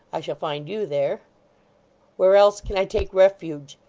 i shall find you there where else can i take refuge?